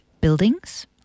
buildings